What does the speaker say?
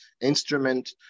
instrument